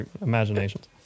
imaginations